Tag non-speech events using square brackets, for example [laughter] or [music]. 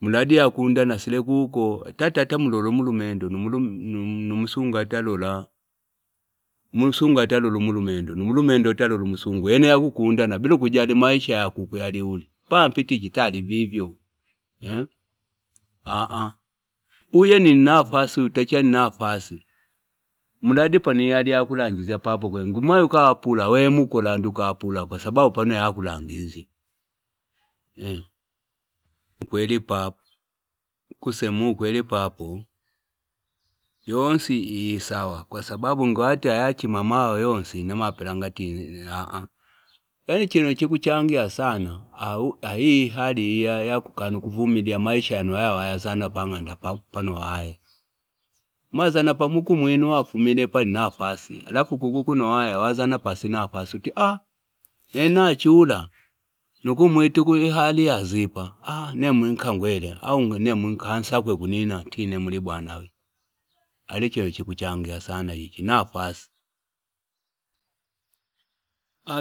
Mladi ya kundana sile kuko, tatatamululu mulumendu numusunga atalo la. Mulusunga atalo lumulumendu, numulumendo atalo lumusungu. Ene ya kukundana, bilu kujali maisha ya kukuyali huli. Paa mpiti chitali bivyo eh. [hesitation] Uye ni nafas, uteche ni nafas. Mladi panayali ya kulangiza papo kwenye. Ngumayu kawapula, ue muko langu kawapula kwa sababu panayali ya kulangiza. [hesitation] Kwele papo, kusemu kwele papo. Jonsi hii sawa. Kwa sababu ngu wate ayachi mama wa Jonsi na maapilanga tini. Ene chino chikuchangia sana. Hii hali hiya ya kukanukufumi diya maisha ya nwaya wazana panganda panowaye. Mwazana pamuku muinu wafu minepa ninafas. Laku kukuku nwaye wazana pasinafas. Sote, haa, nene nachula, nuku mwittu kuuhali ya zipa. Haa, nemu mwinka mwele. Aungu nemu mwinka ansaku egunina, tine mwilibwa nawe. Haa, chino chikuchangia sana. Hii, chino nafas.